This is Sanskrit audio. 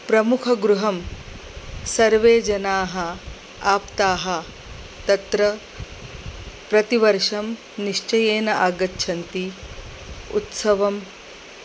प्रमुखगृहं सर्वे जनाः आप्ताः तत्र प्रतिवर्षं निश्चयेन आगच्छन्ति उत्सवम्